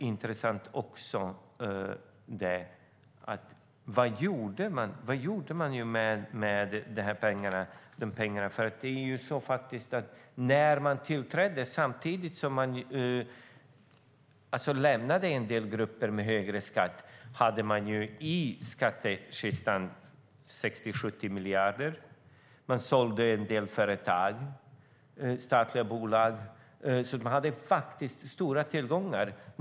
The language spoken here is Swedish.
Intressant är också vad man gjorde med pengarna. Samtidigt som en del grupper fick högre skatt hade man 60-70 miljarder i kassakistan. Dessutom sålde man en del statliga bolag med stora tillgångar.